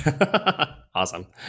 Awesome